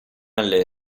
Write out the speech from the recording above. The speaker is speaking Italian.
alle